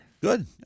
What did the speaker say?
Good